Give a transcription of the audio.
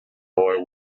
boy